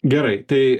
gerai tai